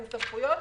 אין סמכויות.